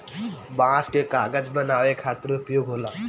बांस कअ कागज बनावे खातिर उपयोग होला